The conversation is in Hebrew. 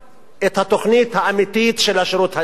את התוכנית האמיתית של השירות האזרחי,